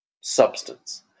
substance